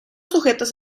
sujetos